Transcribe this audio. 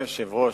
אדוני היושב-ראש,